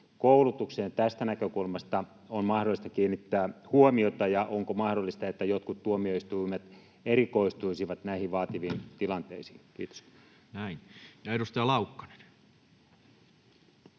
koulutukseen tästä näkökulmasta on mahdollista kiinnittää huomiota, ja onko mahdollista, että jotkut tuomioistuimet erikoistuisivat näihin vaativiin tilanteisiin? — Kiitos. [Speech